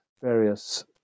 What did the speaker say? various